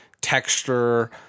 texture